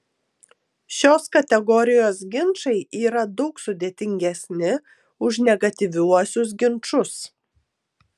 šios kategorijos ginčai yra daug sudėtingesni už negatyviuosius ginčus